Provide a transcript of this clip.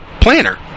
planner